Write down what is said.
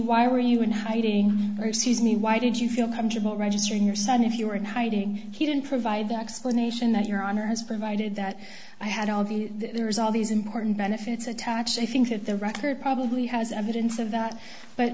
inconsistency in hiding or sues me why did you feel comfortable registering your son if you were in hiding he didn't provide the explanation that your honor has provided that i had all of you there's all these important benefits attached i think that the record probably has evidence of that but